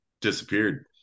disappeared